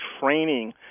training